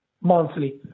monthly